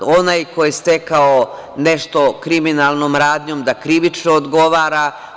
Onaj ko je stekao nešto kriminalnom radnjom, da krivično odgovara.